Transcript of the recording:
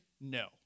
No